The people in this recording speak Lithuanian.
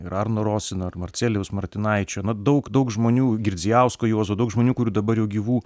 ir arno roseno ir marcelijaus martinaičio na daug daug žmonių girdzijausko juozo daug žmonių kurių dabar jau gyvų